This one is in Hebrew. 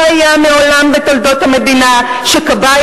לא היה מעולם בתולדות המדינה מצב שבו כבאי